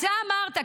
ואתה אמרת,